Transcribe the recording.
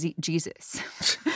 Jesus